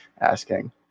asking